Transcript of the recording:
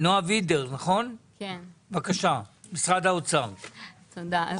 נועה וידר, משרד האוצר, בבקשה.